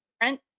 different